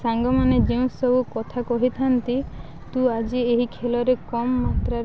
ସାଙ୍ଗମାନେ ଯେଉଁ ସବୁ କଥା କହିଥାନ୍ତି ତୁ ଆଜି ଏହି ଖେଳରେ କମ ମାତ୍ରାରେ